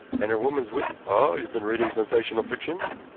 and her woman's wit ah, you've been reading sensational fiction,